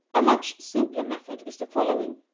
a much simpler method is the following.